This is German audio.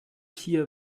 hier